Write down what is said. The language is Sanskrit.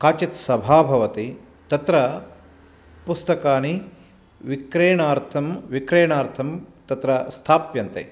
काचित् सभा भवति तत्र पुस्तकानि विक्रयणार्थं विक्रयणार्थं तत्र स्थाप्यन्ते